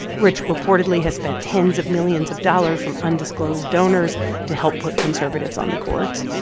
which reportedly has spent tens of millions of dollars from undisclosed donors to help put conservatives on the court.